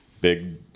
big